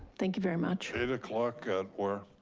thank you very much. eight o'clock at where?